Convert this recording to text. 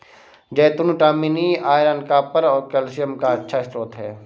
जैतून vitamin E, iron, copper और calcium का अच्छा स्रोत हैं